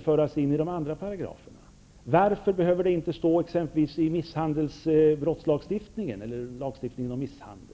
föras in i de andra paragraferna? Varför behöver det inte finnas med i exempelvis lagstiftningen om misshandel?